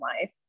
life